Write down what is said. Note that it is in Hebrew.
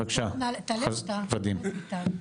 בבקשה, ודים.